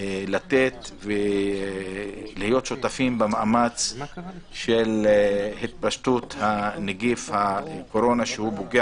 להיות שותפים במאמץ במאבק בנגיף הקורונה שפוגע